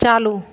चालू